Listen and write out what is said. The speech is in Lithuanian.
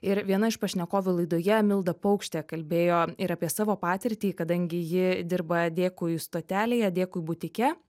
ir viena iš pašnekovių laidoje milda paukštė kalbėjo ir apie savo patirtį kadangi ji dirba dėkui stotelėje dėkui butike